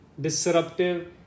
disruptive